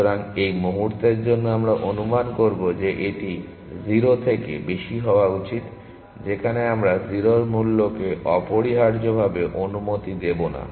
সুতরাং এই মুহুর্তের জন্য আমরা অনুমান করব যে এটি 0 এর থেকে বেশি হওয়া উচিত যেখানে আমরা 0 এর মূল্যকে অপরিহার্যভাবে অনুমতি দেব না